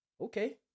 Okay